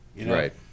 Right